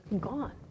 gone